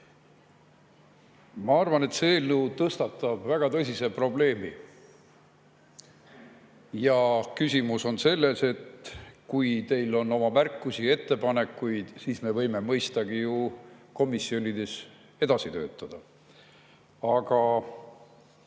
Ma arvan, et see eelnõu tõstatab väga tõsise probleemi. Küsimus on selles, et kui teil on oma märkusi ja ettepanekuid, siis me võime mõistagi ju komisjonides edasi töötada, aga